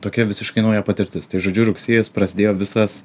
tokia visiškai nauja patirtis tai žodžiu rugsėjis prasidėjo visas